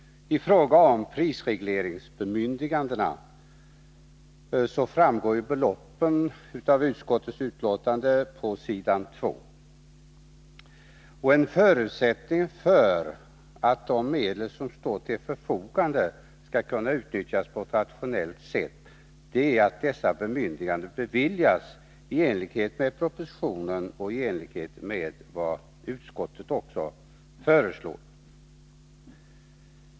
I fråga om prisregleringsbemyndigandena framgår beloppen på s. 2 i utskottets betänkande. En förutsättning för att de medel som står till förfogande skall kunna utnyttjas på ett rationellt sätt är att dessa bemyndiganden beviljas i enlighet med propositionen och i enlighet med vad utskottet också föreslår.